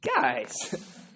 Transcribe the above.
Guys